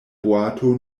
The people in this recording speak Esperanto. boato